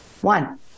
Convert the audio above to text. One